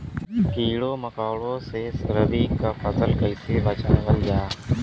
कीड़ों मकोड़ों से रबी की फसल के कइसे बचावल जा?